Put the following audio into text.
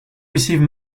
receive